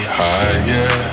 higher